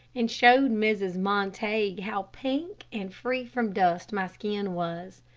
and showed mrs. montague how pink and free from dust my skin was.